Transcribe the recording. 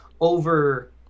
over